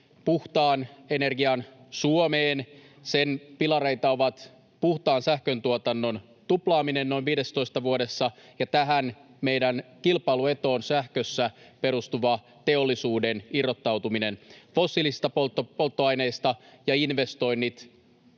puhtaan energian Suomeen. Sen pilareita ovat puhtaan sähkön tuotannon tuplaaminen noin 15 vuodessa, ja tässä meidän kilpailuetu on sähköön perustuvan teollisuuden irrottautuminen fossiilisista polttoaineista ja investoinnit